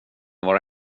vara